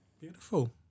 Beautiful